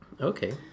Okay